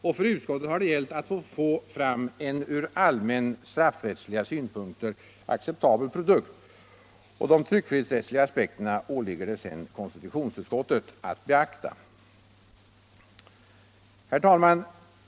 Och för utskottet har det gällt att få fram en ur allmänna straffrättsliga synpunkter acceptabel produkt. De tryckfrihetsrättsliga aspekterna åligger det sedan konstitutionsutskottet att beakta. Herr talman!